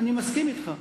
אני מסכים אתך,